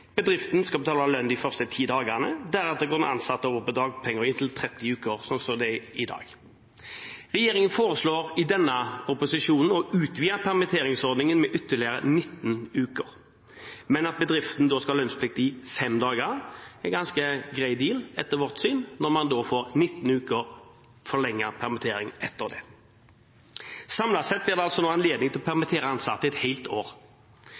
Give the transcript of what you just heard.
inntil 30 uker, sånn det er i dag. Regjeringen foreslår i denne proposisjonen å utvide permitteringsordningen med ytterligere 19 uker, men at bedriften da skal ha lønnsplikt i fem dager. Det er en ganske grei deal etter vårt syn, når man da får 19 uker forlenget permittering etter det. Samlet sett blir det anledning til å permittere ansatte et helt år.